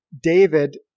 David